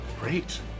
Great